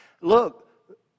Look